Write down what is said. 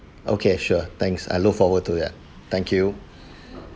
okay sure thanks I look forward to yeah thank you